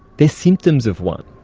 they're symptoms of one.